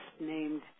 named